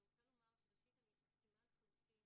אני רוצה לומר שראשית אני מסכימה לחלוטין